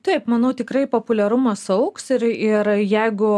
taip manau tikrai populiarumas augs ir ir jeigu